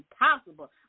impossible